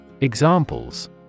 Examples